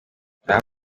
aha